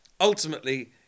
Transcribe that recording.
ultimately